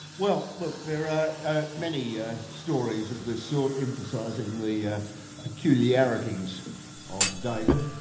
well look, there are many stories of this sort emphasising the peculiarities of david,